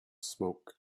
smoke